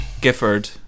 Gifford